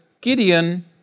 Gideon